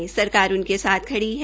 सरकार उनके साथ खड़ी है